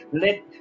Let